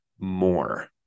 more